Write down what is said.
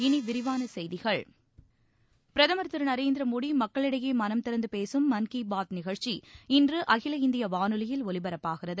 இனி விரிவான செய்திகள் பிரதமர் திரு நரேந்திர மோடி மக்களிடையே மனம் திறந்து பேசும் மன் கீ பாத் நிகழ்ச்சி இன்று அகில இந்திய வானொலியில் ஒலிபரப்பாகிறது